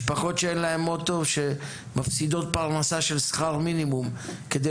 משפחות שאין להן אוטו שמפסידות פרנסה של שכר מינימום כדי